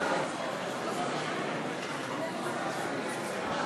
חברת הכנסת גלאון, שאלת המשך.